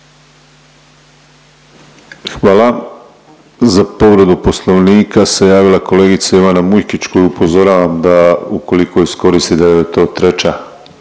Hvala. Za povredu Poslovnika se javila kolegica Ivana Mujkić koju upozoravam da ukoliko je iskoristi, da joj je to treća,